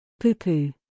Poo-poo